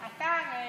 אתה הרי,